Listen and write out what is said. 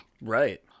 Right